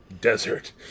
desert